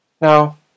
Now